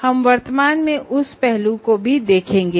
हम वर्तमान में उस पहलू को भी देखेंगे